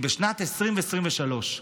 בשנת 2023,